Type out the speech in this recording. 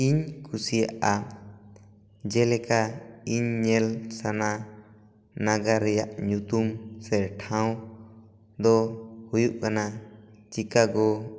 ᱤᱧ ᱠᱩᱥᱤᱭᱟᱜᱼᱟ ᱡᱮᱞᱮᱠᱟ ᱤᱧ ᱧᱮᱞ ᱥᱟᱱᱟ ᱱᱟᱜᱟᱨ ᱨᱮᱭᱟᱜ ᱧᱩᱛᱩᱢ ᱥᱮ ᱴᱷᱟᱣ ᱫᱚ ᱦᱩᱭᱩᱜ ᱠᱟᱱᱟ ᱪᱤᱠᱟᱜᱳ